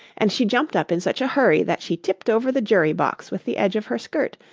and she jumped up in such a hurry that she tipped over the jury-box with the edge of her skirt,